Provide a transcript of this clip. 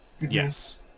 Yes